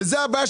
זה הבעיה,